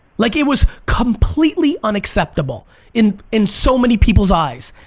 like it was completely unacceptable in in so many people's eyes.